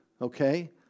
okay